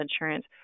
insurance